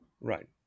Right